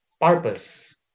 Purpose